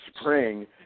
spring